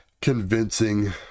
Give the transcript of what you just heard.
convincing